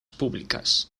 públicas